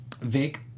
Vic